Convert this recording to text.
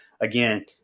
again